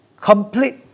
complete